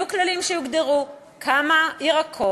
יהיו כללים שיגדירו כמה ירקות,